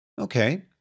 Okay